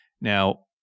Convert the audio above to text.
Now